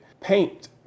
Paint